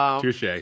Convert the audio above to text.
touche